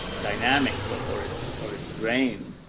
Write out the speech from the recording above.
dynamics or or it's, or it's rain,